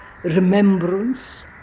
Remembrance